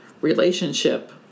relationship